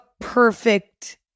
perfect